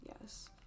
Yes